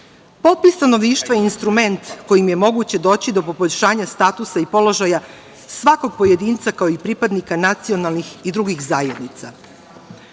stanovništva je instrument kojim je moguće doći do poboljšanja statusa i položaja svakog pojedinca, kao i pripadnika nacionalnih i drugih zajednica.